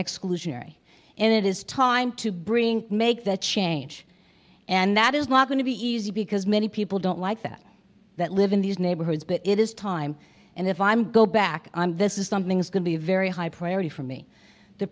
exclusionary and it is time to bring make that change and that is not going to be easy because many people don't like that that live in these neighborhoods but it is time and if i'm go back this is something is going to be a very high priority for me the